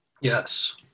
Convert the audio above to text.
Yes